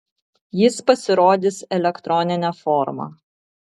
jis pasirodys elektronine forma